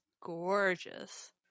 gorgeous